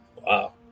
Wow